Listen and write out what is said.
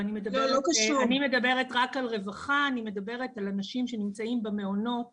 אני מדברת רק על רווחה, אנשים שנמצאים במעונות